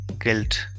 guilt